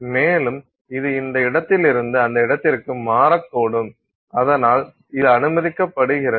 மேலும் இது இந்த இடத்திலிருந்து அந்த இடத்திற்கு மாறக்கூடும் அதனால் இது அனுமதிக்கப்படுகிறது